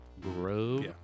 Grove